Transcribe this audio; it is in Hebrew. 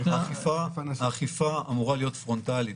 האכיפה אמורה להיות פרונטלית.